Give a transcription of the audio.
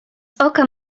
oka